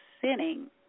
sinning